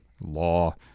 law